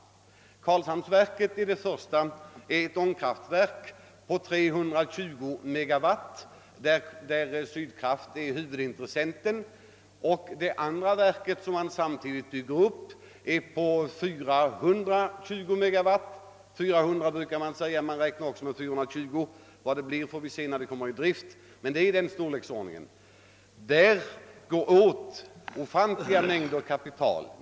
Karlshamnsverket är ett ångkraftverk på 320 MW där Sydkraft är huvudintressenten. Det andra verket som man samtidigt bygger upp är på 420 MW — man räknar med 400—420 MW, men vad det blir får vi se när verket kommer i drift. Det gäller i alla fall den storleksordningen. Där går det åt ofantliga mängder kapital.